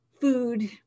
food